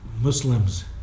Muslims